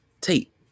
tape